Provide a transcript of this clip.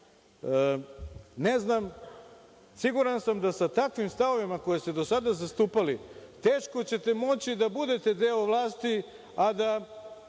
Ne znam, siguran sam da sa takvim stavovima koje ste do sada zastupali teško ćete moći da budete deo vlasti, a da